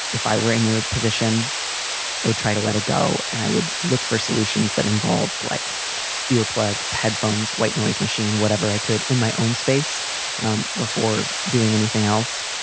if i were in your position, i would try to let it go and i would look for solutions that involved like earplugs, headphones, white noise machine, whatever i could in my own space um before doing anything else.